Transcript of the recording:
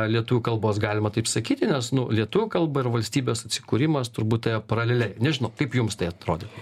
lietuvių kalbos galima taip sakyti nes nu lietuvių kalba ir valstybės atsikūrimas turbūt paraleliai nežinau kaip jums tai atrodytų